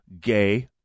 gay